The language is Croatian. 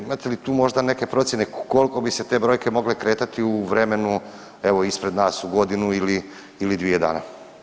Imate li tu možda neke procjene koliko bi se te brojke mogle kretati u vremenu, evo, ispred nas, u godinu ili dvije dana?